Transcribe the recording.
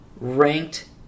ranked